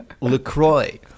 LaCroix